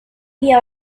via